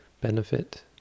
benefit